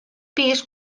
pis